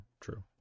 true